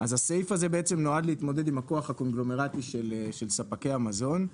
אז הסעיף הזה בעצם נועד להתמודד עם הכוח הקונגלומרטי של ספקי המזון.